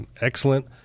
excellent